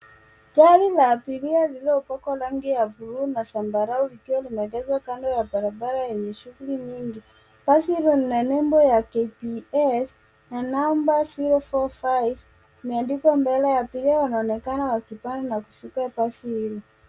Gari la abiria lililopakwa rangi ya buluu na zambarau likiwa limeegeshwa kando ya barabara yenye shughuli nyingi. Basi hilo lina nembo ya KBS na namba 045 imeandikwa mbele. Abiria wanaonekana wakipanda wakipanda na kushuka basi hili.